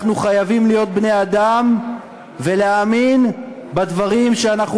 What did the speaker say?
אנחנו חייבים להיות בני-אדם ולהאמין בדברים שאנחנו